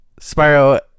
Spyro